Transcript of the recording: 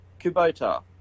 kubota